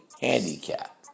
handicap